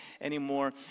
anymore